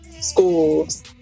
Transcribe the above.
schools